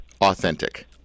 authentic